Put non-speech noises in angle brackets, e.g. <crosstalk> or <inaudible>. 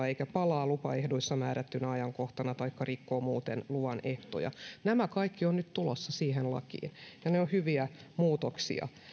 <unintelligible> eikä hän palaa lupaehdoissa määrättynä ajankohtana taikka rikkoo muuten luvan ehtoja nämä kaikki ovat nyt tulossa siihen lakiin ja ne ovat hyviä muutoksia